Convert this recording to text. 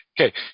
Okay